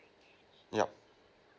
yup